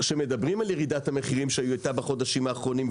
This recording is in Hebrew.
כשמדברים על ירידת המחירים שהייתה בחודשים האחרונים,